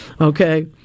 Okay